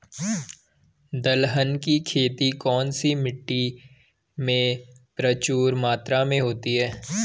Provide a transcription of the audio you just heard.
दलहन की खेती कौन सी मिट्टी में प्रचुर मात्रा में होती है?